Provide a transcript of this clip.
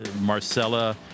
Marcella